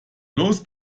los